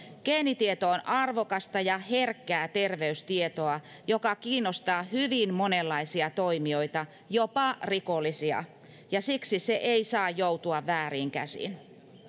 geenitieto on arvokasta ja herkkää terveystietoa joka kiinnostaa hyvin monenlaisia toimijoita jopa rikollisia ja siksi se ei saa joutua vääriin käsiin